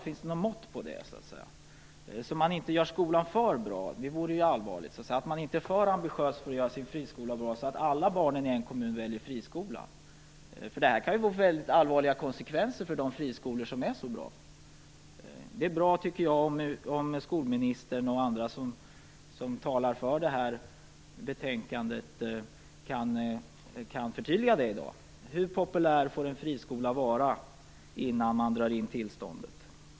Finns det något mått för det, så att man inte gör skolan för bra? Det vore ju allvarligt. Finns det något mått, så att man inte är för ambitiös för att göra sin friskola bra så att alla barn i en kommun väljer friskolan. Det här kan få väldigt allvarliga konsekvenser för de friskolor som är så bra. Det vore bra om skolministern och andra som talar för detta betänkande kan förtydliga detta i dag. Hur populär får en friskola vara innan man drar in tillståndet?